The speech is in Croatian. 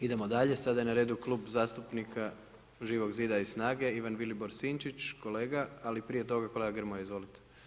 Idemo dalje, sada je na redu Klub zastupnika Živog zida i SNAGA-e, Ivan Vilibor Sinčić, kolega, ali prije toga kolega Grmoja, izvolite.